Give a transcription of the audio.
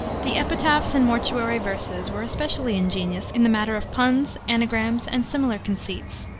the epitaphs and mortuary verses were especially ingenious in the matter of puns, anagrams, and similar conceits.